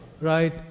right